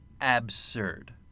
absurd